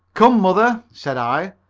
come, mother, said i,